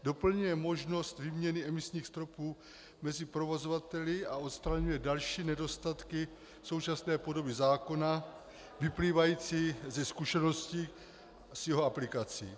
Doplňuje možnost výměny emisních stropů mezi provozovateli a odstraňuje další nedostatky současné podoby zákona vyplývající ze zkušeností s jeho aplikací.